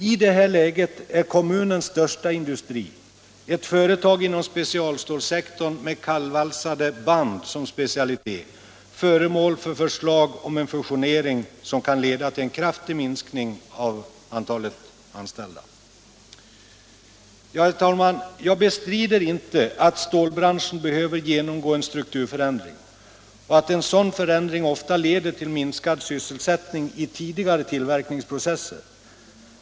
I det här läget är kommunens största industri — ett företag inom specialstålsektorn med kallvalsade band som specialitet — föremål för förslag om en fusionering, som kan leda till en kraftig minskning av antalet anställda. Herr talman! Jag bestrider inte att stålbranschen behöver genomgå en strukturförändring och att en sådan förändring ofta leder till minskad sysselsättning i tidigare tillverkningsprocesser.